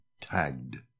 tagged